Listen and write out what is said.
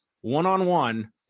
one-on-one